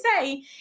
say